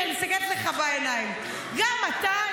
אני מסתכלת לך בעיניים: גם אתה,